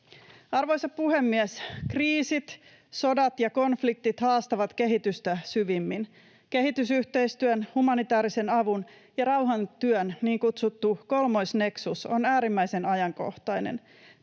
Arvoisa puhemies! Kriisit, sodat ja konfliktit haastavat kehitystä syvimmin. Kehitysyhteistyön, humanitäärisen avun ja rauhantyön niin kutsuttu kolmoisneksus on äärimmäisen ajankohtainen.